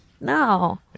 No